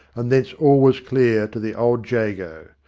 and thence all was clear to the old jago.